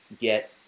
get